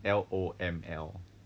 L_O_M_L